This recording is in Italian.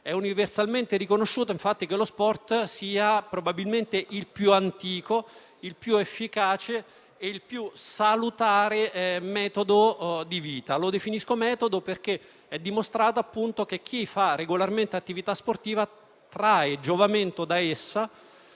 È universalmente riconosciuto, infatti, che lo sport sia probabilmente il più antico, il più efficace e il più salutare metodo di vita. Lo definisco "metodo" perché è dimostrato che chi fa regolarmente attività sportiva ne trae giovamento e